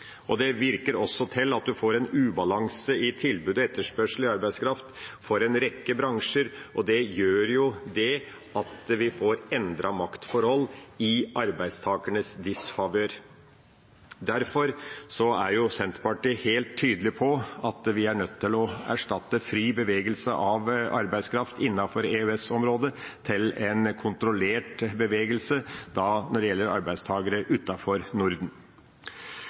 Det virker også til at en får en ubalanse i tilbud og etterspørsel i arbeidskraft for en rekke bransjer, og det gjør at vi får endrede maktforhold i arbeidstakernes disfavør. Derfor er Senterpartiet helt tydelig på at vi er nødt til å erstatte fri bevegelse av arbeidskraft innenfor EØS-området med en kontrollert bevegelse når det gjelder arbeidstakere utenfor Norden.